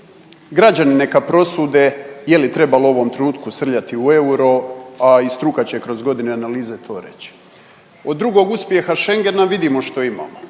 Građani neka prosude je li trebalo u ovom trenutku srljati u euro, a i struka će kroz godine analize to reći. Od drugog uspjeha Schengena vidimo što imamo,